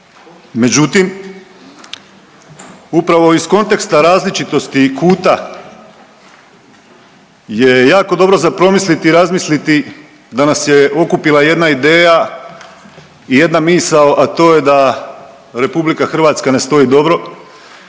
međutim upravo iz konteksta različitosti kuta je jako dobro za promisliti i razmisliti da nas je okupila jedna ideja i jedna misao, a to je da RH ne stoji dobro,